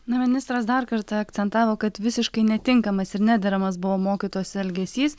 na ministras dar kartą akcentavo kad visiškai netinkamas ir nederamas buvo mokytojos elgesys